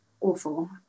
awful